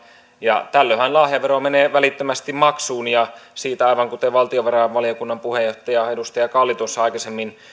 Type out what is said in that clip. ja tällöinhän lahjavero menee välittömästi maksuun ja siitä aivan kuten valtiovarainvaliokunnan puheenjohtaja edustaja kalli tuossa aikaisemmin